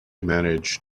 manage